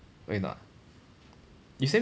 oh you're not you send me